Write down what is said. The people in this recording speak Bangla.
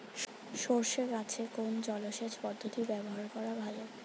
সরষে গাছে কোন জলসেচ পদ্ধতি ব্যবহার করা ভালো?